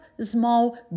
small